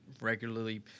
regularly